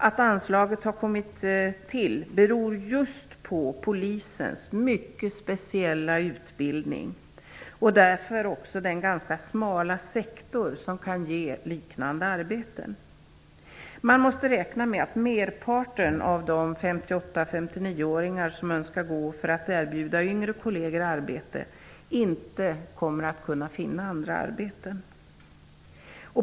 Att anslaget har kommit till beror just på Polisens mycket speciella utbildning och därför också den ganska smala sektor som kan ge liknande arbeten. Man måste räkna med att merparten av de 58--59 åringar som önskar gå för att erbjuda yngre kolleger arbete inte kommer att kunna finna andra arbeten.